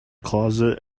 closet